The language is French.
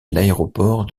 l’aéroport